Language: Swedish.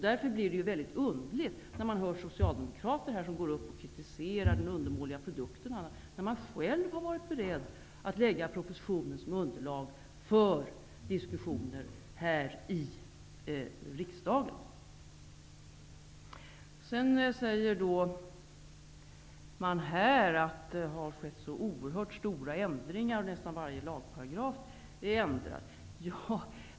Därför är det väldigt underligt att socialdemokrater här kritiserar förslaget och säger att det är en undermålig produkt när man själv varit beredd att lägga propositionen som underlag för diskussioner i kammaren. Man säger att det har gjorts så oerhört stora ändringar, att nästan varje paragraf är ändrad.